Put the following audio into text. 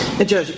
Judge